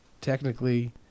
Technically